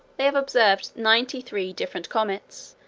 they have observed ninety-three different comets,